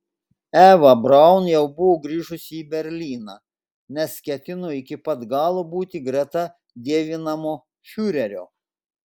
eva braun jau buvo grįžusi į berlyną nes ketino iki pat galo būti greta dievinamo fiurerio